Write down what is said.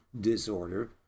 disorder